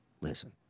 listen